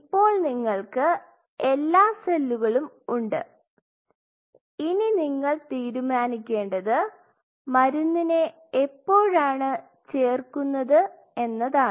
ഇപ്പോൾ നിങ്ങൾക്ക് എല്ലാ സെല്ലുകളും ഉണ്ട് ഇനി നിങ്ങൾ തീരുമാനിക്കേണ്ടത് മരുന്നിനെ എപ്പോഴാണ് ചേർക്കുന്നത് എന്നതാണ്